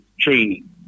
training